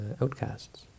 outcasts